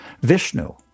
Vishnu